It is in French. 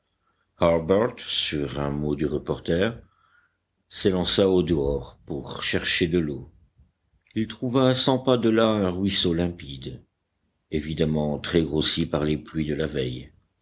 un mot du reporter s'élança au dehors pour chercher de l'eau il trouva à cent pas de là un ruisseau limpide évidemment très grossi par les pluies de la veille